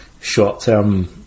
short-term